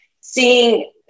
seeing